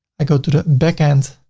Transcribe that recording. i go to the backend,